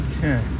Okay